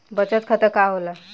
बचत खाता का होला?